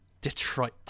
Detroit